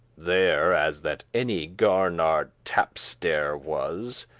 there as that any garnard tapstere was.